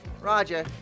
Roger